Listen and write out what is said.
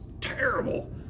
terrible